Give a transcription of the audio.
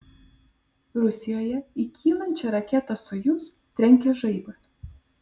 rusijoje į kylančią raketą sojuz trenkė žaibas